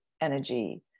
energy